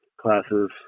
classes